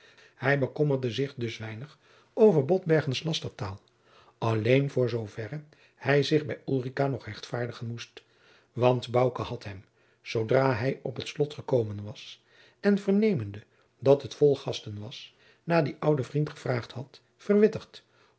hij bekommerde zich dus weinig over botbergens lastertaal alleen voor zoo verre hij zich bij ulrica nog rechtvaardigen moest want bouke had hem zoodra hij op het slot gekomen was en vernemende dat het vol gasten was naar dien ouden vriend gevraagd had verwittigd